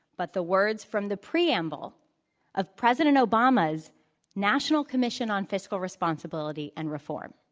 but the words from the preamble of president obama's national commission on fiscal responsibility and reform.